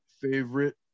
favorite